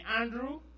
Andrew